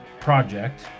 Project